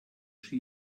she